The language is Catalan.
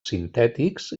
sintètics